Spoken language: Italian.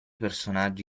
personaggi